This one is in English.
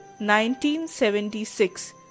1976